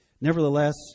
nevertheless